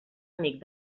amic